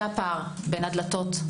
זה הפער בין הדלתות.